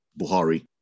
buhari